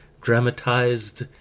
dramatized